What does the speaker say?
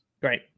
Great